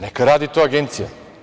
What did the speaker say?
Neka radi to agencija.